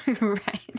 Right